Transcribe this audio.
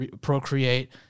procreate